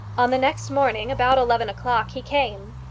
on the next morning about eleven o'clock he came.